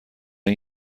این